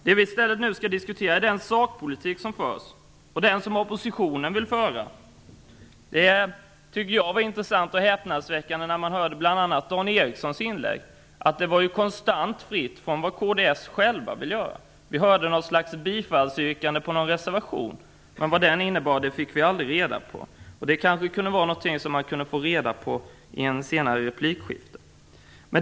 Det vi i stället nu skall diskutera är den sakpolitik som förs och den som oppositionen vill föra. Jag tycker det var intressant och häpnadsväckande att höra bl.a. Dan Ericssons inlägg. Det var ju konstant fritt från vad kds själva vill göra. Vi hörde något slags bifallsyrkande till en reservation, men vad den innebar fick vi aldrig reda på. Det kan vi kanske få reda på i ett senare replikskifte.